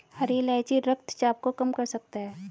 हरी इलायची रक्तचाप को कम कर सकता है